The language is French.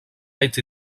été